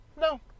no